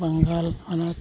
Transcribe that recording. ᱵᱟᱝᱜᱟᱞ ᱦᱚᱱᱚᱛ